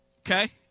okay